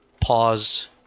pause